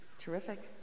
Terrific